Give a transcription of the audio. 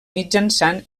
mitjançant